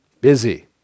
Busy